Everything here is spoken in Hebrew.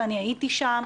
ואני הייתי שם,